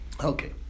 Okay